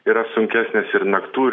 yra sunkesnės ir naktų